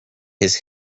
his